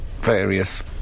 various